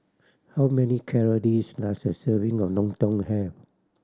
how many calories does a serving of lontong have